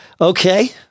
Okay